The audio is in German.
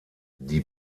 die